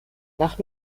nach